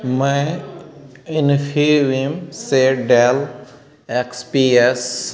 मैं इन्फीबीम से Dell X P S